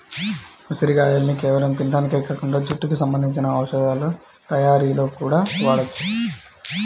ఉసిరిగాయల్ని కేవలం తింటానికే కాకుండా జుట్టుకి సంబంధించిన ఔషధాల తయ్యారీలో గూడా వాడొచ్చు